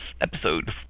episode